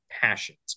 passions